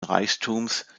reichtums